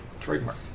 trademark